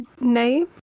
name